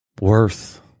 worth